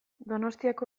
donostiako